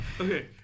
Okay